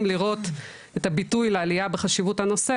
לראות את הביטוי לעלייה בחשיבות הנושא,